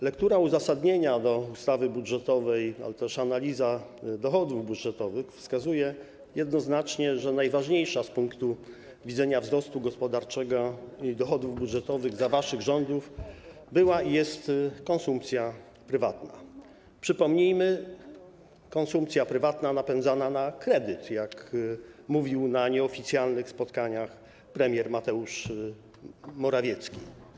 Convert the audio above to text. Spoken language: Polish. Lektura uzasadnienia ustawy budżetowej, ale też analiza dochodów budżetowych wskazują jednoznacznie, że najważniejsza z punktu widzenia wzrostu gospodarczego i dochodów budżetowych za waszych rządów była i jest konsumpcja prywatna, przypomnijmy: konsumpcja prywatna napędzana na kredyt, jak mówił na nieoficjalnych spotkaniach premier Mateusz Morawiecki.